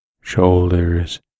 shoulders